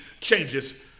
changes